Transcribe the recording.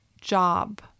job